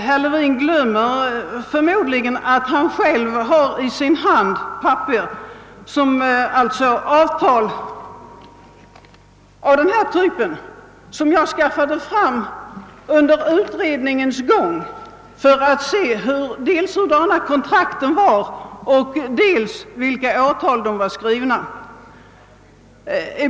Herr Levin glömmer förmodligen också att han själv i sin hand har handlingar av denna typ, som jag skaffade fram under utredningens gång för att se dels hur kontrakten var avfattade, dels vilka år de var skrivna.